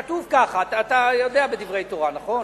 כתוב ככה, אתה יודע בדברי תורה, נכון?